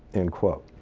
end quote.